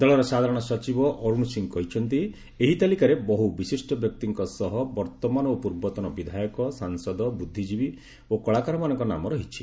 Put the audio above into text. ଦଳର ସାଧାରଣ ସଚିବ ଅରୁଣ ସିଂହ କହିଛନ୍ତି ଏହି ତାଲିକାରେ ବହୁ ବିଶିଷ୍ଟ ବ୍ୟକ୍ତିଙ୍କ ସହ ବର୍ତ୍ତମାନ ଓ ପୂର୍ବତନ ବିଧାୟକ ସାଂସଦ ବୁଦ୍ଧିଜୀବୀ ଓ କଳାକାରମାନଙ୍କ ନାମ ରହିଛି